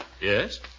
Yes